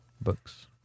books